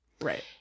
Right